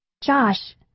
Josh